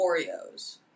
Oreos